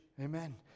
Amen